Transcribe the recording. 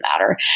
matter